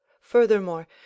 furthermore